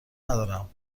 ندارم